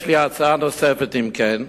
יש לי הצעה נוספת: אם כך,